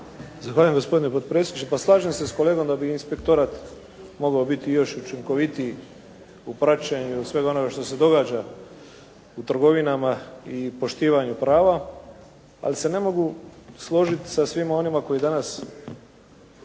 Zahvaljujem gospodine potpredsjedniče. Pa slažem se s kolegom da bi inspektorat mogao biti još učinkovitiji u praćenju svega onoga što se događa, u trgovinama i poštivanju prava. Ali se ne mogu složiti sa svim onima koji danas